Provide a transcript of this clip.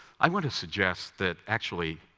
i want to suggest that actually,